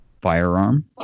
firearm